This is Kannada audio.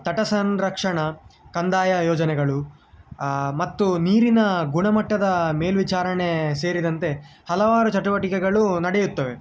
ತಟ ಸಂರಕ್ಷಣ ಕಂದಾಯ ಯೋಜನೆಗಳು ಮತ್ತು ನೀರಿನ ಗುಣಮಟ್ಟದ ಮೇಲ್ವಿಚಾರಣೆ ಸೇರಿದಂತೆ ಹಲವಾರು ಚಟುವಟಿಕೆಗಳು ನಡೆಯುತ್ತವೆ